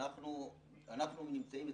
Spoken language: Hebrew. אתך.